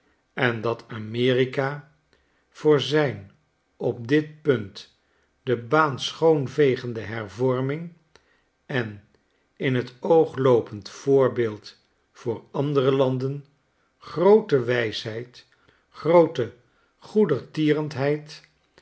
en dat amerika voor zijn op dit punt de baan schoonvegende hervorming en in t oogloopend voorbeeld voor andere landen groote wijsheid groote